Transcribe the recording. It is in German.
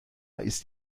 ist